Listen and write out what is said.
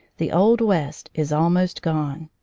the old west is almost gone.